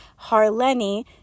Harleni